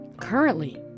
Currently